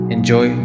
Enjoy